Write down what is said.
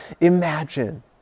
imagine